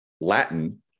Latin